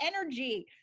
energy